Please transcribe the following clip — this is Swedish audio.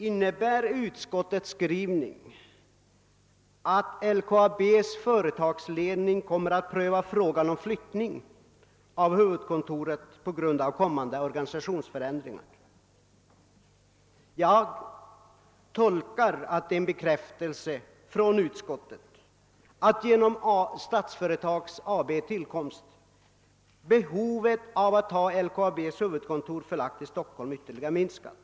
Innebär utskottets skrivning att LKAB:s företagsledning skall pröva frågan om flyttning av huvudkontoret på grund av kommande organisationsförändringar? Jag tolkar uttalandet som en bekräftelse av att genom Statsföretags tillkomst behovet av att ha LKAB:s huvudkontor i Stockholm ytterligare har minskat.